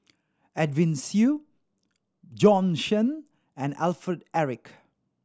Edwin Siew Bjorn Shen and Alfred Eric